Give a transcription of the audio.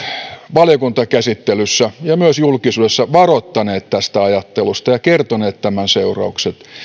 valiokuntakäsittelyssä ja myös julkisuudessa varoittaneet tästä ajattelusta ja kertoneet tämän seuraukset